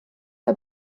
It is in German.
der